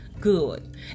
good